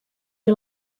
you